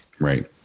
Right